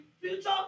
future